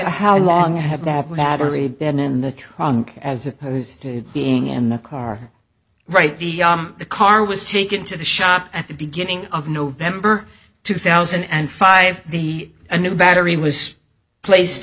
how long have they been in the trunk as opposed to being in the car right the the car was taken to the shop at the beginning of november two thousand and five the new battery was placed